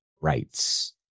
rights